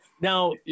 Now